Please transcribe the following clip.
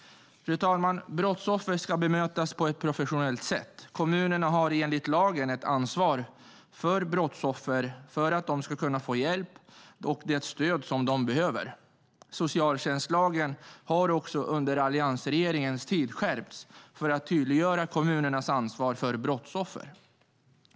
Fru talman! Brottsoffer ska bemötas på ett professionellt sätt. Kommunerna har enligt lagen ett ansvar för att brottsoffer ska kunna få den hjälp och det stöd som de behöver. Socialtjänstlagen har under alliansregeringens tid skärpts för att tydliggöra kommunernas ansvar för brottsoffer.